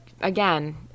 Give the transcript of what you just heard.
Again